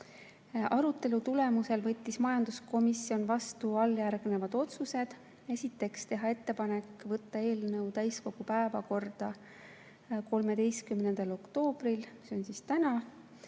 tulemusel võttis majanduskomisjon vastu alljärgnevad otsused. Esiteks, teha ettepanek võtta eelnõu täiskogu päevakorda täna, 13. oktoobril. Ja teiseks, teha